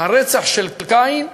הרצח של קין,